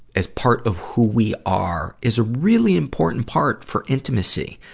as part of who we are, is a really important part for intimacy.